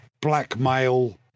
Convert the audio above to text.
blackmail